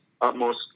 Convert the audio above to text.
utmost